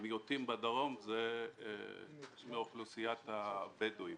המיעוטים בדרום, הם מאוכלוסיית הבדואים.